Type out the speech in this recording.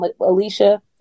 Alicia